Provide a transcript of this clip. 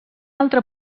altre